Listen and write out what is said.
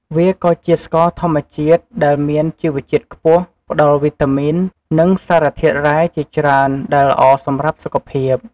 វាក៏ជាស្ករធម្មជាតិដែលមានជីវជាតិខ្ពស់ ផ្តល់វីតាមីន និងសារធាតុរ៉ែជាច្រើន ដែលល្អសម្រាប់សុខភាព។